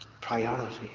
Priority